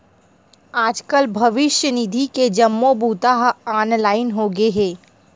आजकाल भविस्य निधि के जम्मो बूता ह ऑनलाईन होगे हे